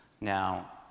Now